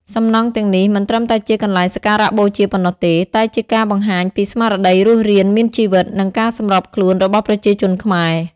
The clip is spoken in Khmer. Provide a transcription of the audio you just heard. សំណង់ទាំងនេះមិនត្រឹមតែជាកន្លែងសក្ការបូជាប៉ុណ្ណោះទេ តែជាការបង្ហាញពីស្មារតីរស់រានមានជីវិត និងការសម្របខ្លួនរបស់ប្រជាជនខ្មែរ។